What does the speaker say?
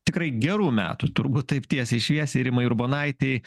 tikrai gerų metų turbūt taip tiesiai šviesiai rimai urbonaitei